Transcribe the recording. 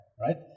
right